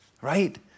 right